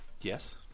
Yes